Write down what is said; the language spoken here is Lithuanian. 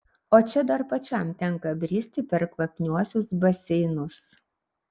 o čia dar pačiam tenka bristi per kvapniuosius baseinus